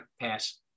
Pass